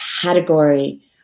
category